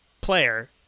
player